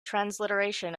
transliteration